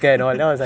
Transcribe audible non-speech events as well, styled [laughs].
[laughs]